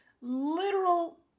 literal